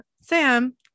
Sam